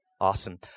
Awesome